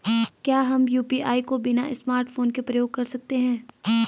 क्या हम यु.पी.आई को बिना स्मार्टफ़ोन के प्रयोग कर सकते हैं?